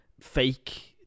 fake